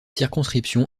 circonscription